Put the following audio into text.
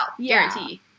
guarantee